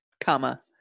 comma